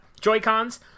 Joy-Cons